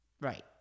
Right